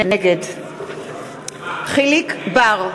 נגד יחיאל חיליק בר,